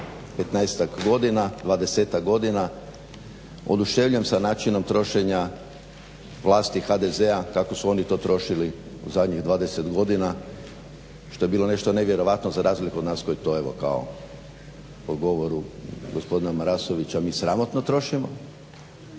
dvadesetak godina oduševljen sa načinom trošenja vlasti HDZ kako su oni to trošili u zadnjih 20 godina što je bilo nešto nevjerojatno za razliku od nas koji to evo po govoru gospodina Marasovića mi sramotno trošimo.